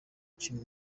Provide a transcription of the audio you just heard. cumi